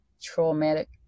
traumatic